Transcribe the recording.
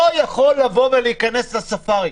לא יכול להיכנס לספארי.